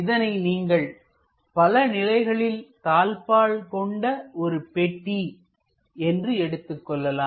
இதனை நீங்கள் பல நிலைகளில் தாழ்ப்பாள் கொண்ட ஒரு பெட்டி என்று எடுத்துக்கொள்ளலாம்